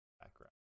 background